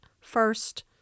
first